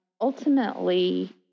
Ultimately